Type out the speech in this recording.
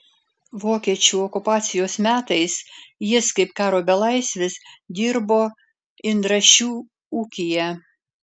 vokiečių okupacijos metais jis kaip karo belaisvis dirbo indrašių ūkyje